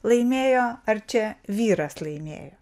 laimėjo ar čia vyras laimėjo